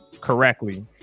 correctly